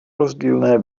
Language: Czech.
rozdílné